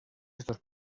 estos